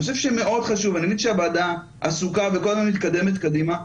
אני חושב שמאוד חשוב האמת שהוועדה עסוקה וכל הזמן מתקדמת קדימה,